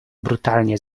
brutalnie